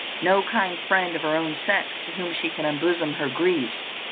no kind friend of her own sex to whom she can unbosom her griefs,